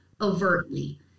overtly